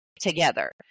together